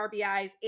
RBIs